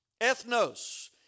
Ethnos